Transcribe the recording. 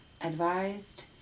Advised